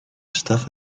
stuff